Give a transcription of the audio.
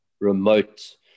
remote